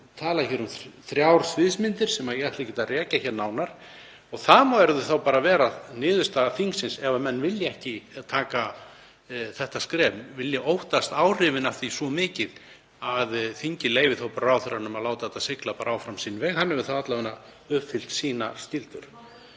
talað hér um þrjár sviðsmyndir sem ég ætla ekkert að rekja nánar. Það verður þá bara að vera niðurstaða þingsins ef menn vilja ekki taka þetta skref, vilja óttast áhrifin af því svo mikið að þingið leyfi bara ráðherranum að láta þetta sigla áfram sinn veg. Hann hefur þá alla vega uppfyllt sínar skyldur.